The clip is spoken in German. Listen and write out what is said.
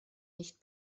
nicht